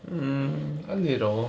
mm a little